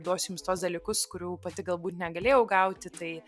duosiu jums tuos dalykus kurių pati galbūt negalėjau gauti tai